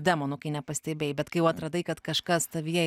demonų kai nepastebėjai bet kai jau atradai kad kažkas tavyje